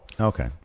Okay